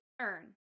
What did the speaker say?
earn